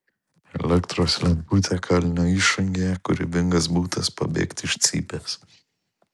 elektros lemputė kalinio išangėje kūrybingas būdas pabėgti iš cypės